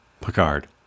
Picard